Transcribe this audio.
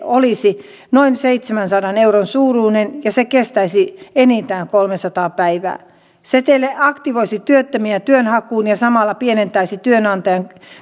olisi noin seitsemänsadan euron suuruinen ja se kestäisi enintään kolmesataa päivää seteli aktivoisi työttömiä työnhakuun ja samalla pienentäisi työnantajan